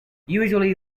usually